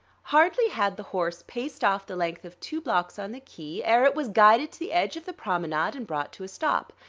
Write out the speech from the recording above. hardly had the horse paced off the length of two blocks on the quai ere it was guided to the edge of the promenade and brought to a stop.